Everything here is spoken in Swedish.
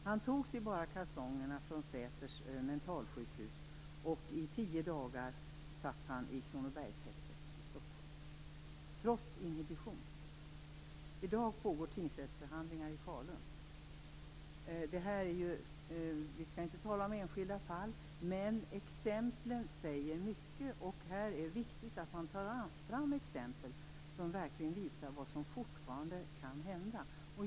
Han togs i bara kalsongerna från Säters mentalsjukhus, och i tio dagar satt han i Kronobergshäktet i Stockholm - trots inhibition. I dag pågår tingsrättsförhandlingar i Falun. Vi skall inte tala om enskilda fall, men exemplen säger mycket. Här är det viktigt att man tar fram exempel som verkligen visar vad som fortfarande kan hända.